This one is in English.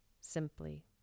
simply